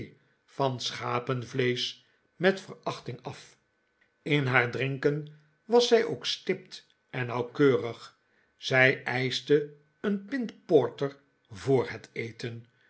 van schapenvleesch met verachting af in haar drinken was zij ook stipt en nauwkeurig zij eischte een pint porter voor het eten